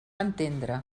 entendre